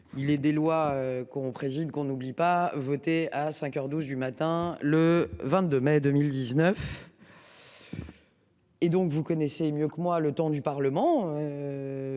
Il est des lois qu'on présume qu'on oublie pas voter à 5h 12 du matin le 22 mai 2019. Et donc vous connaissez mieux que moi le temps du Parlement.